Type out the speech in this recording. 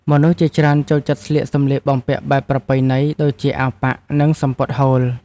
មនុស្សជាច្រើនចូលចិត្តស្លៀកសម្លៀកបំពាក់បែបប្រពៃណី ដូចជាអាវប៉ាក់ និងសំពត់ហូល។